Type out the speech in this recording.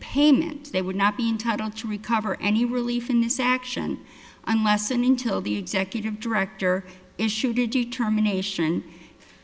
payment they would not be entitled to recover and he relief in this action unless and until the executive director issued you terminations